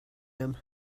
them